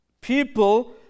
People